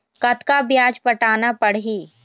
कतका ब्याज पटाना पड़ही?